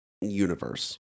universe